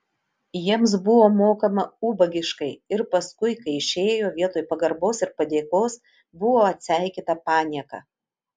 jiems buvo mokama ubagiškai ir paskui kai išėjo vietoj pagarbos ir padėkos buvo atseikėta panieka